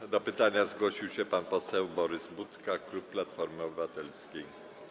Do zadania pytania zgłosił się pan poseł Borys Budka, klub Platformy Obywatelskiej.